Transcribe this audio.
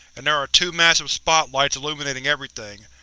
and there are two massive spotlights illuminating everything.